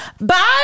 Bye